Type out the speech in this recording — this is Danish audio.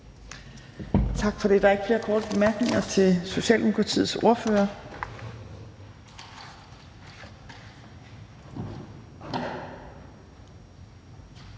Tak for det. Der er ikke flere korte bemærkninger til Socialdemokratiets ordfører.